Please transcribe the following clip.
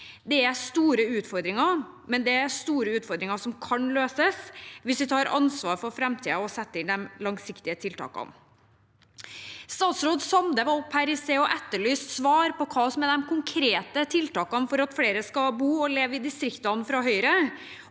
Det er store utfordringer, men det er store utfordringer som kan løses hvis vi tar ansvar for framtiden og setter inn langsiktige tiltak. Statsråd Sande var oppe her i sted og etterlyste svar på hva som er de konkrete tiltakene fra Høyre for at flere skal bo og leve i distriktene. Jeg